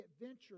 adventure